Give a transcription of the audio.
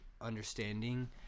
understanding